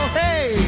hey